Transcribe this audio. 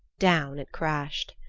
down it crashed.